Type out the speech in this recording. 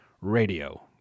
RADIO